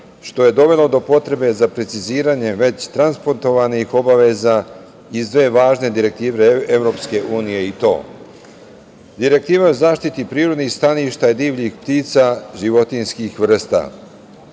što je dovelo do potrebe za preciziranje već transportovanih obaveza iz dve važne direktive EU, i to: Direktiva o zaštiti prirodnih staništa i divljih ptica životinjskih vrsta,